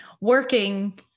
working